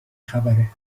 خبره